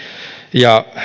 ja